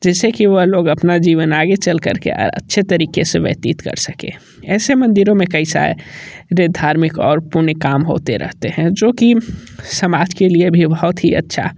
जैसे कि वह लोग अपना जीवन आगे चलकर के अच्छे तरीके से व्यतीत कर सके ऐसे मंदिरों में कई सरे रे धार्मिक और पुण्य काम होते रहते हैं जो कि समाज के लिए भी बहुत ही अच्छा